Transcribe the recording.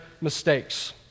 mistakes